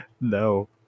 No